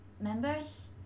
members